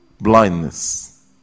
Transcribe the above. blindness